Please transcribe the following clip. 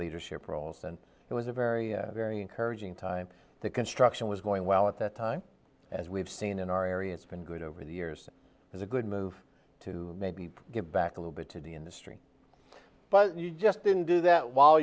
leadership roles and it was a very very encouraging time the construction was going well at that time as we've seen in our area it's been good over the years is a good move to maybe give back a little bit to the industry but you just didn't do that while